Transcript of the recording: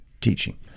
teaching